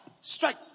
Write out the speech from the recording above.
Strike